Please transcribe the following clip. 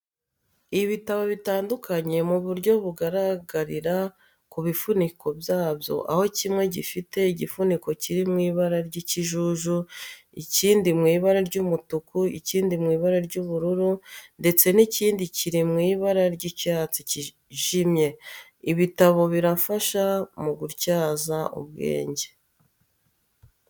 Ibitabo bitandukanye mu buryo bugaragarira ku bifuniko byabyo aho kimwe gifite igifuniko kiri mu ibara ry'ikijuju, ikindi mu ibara ry'umutuku, ikindi mu ibara ry'ubururu ndetse n'ikindi kiri mu ibara ry'icyatsi kijimye. Ibitabo birafasha mu gutyaza ubwenge.